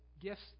gifts